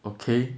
okay